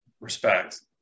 respect